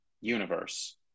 universe